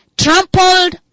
Trampled